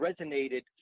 resonated